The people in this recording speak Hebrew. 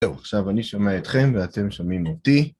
טוב, עכשיו אני שומע אתכם ואתם שומעים אותי.